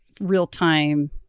real-time